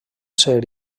ser